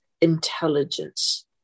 intelligence